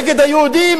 נגד היהודים?